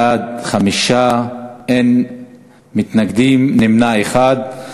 בעד, 5, אין מתנגדים, נמנע אחד.